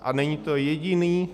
A není to jediný.